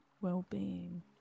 well-being